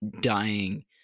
dying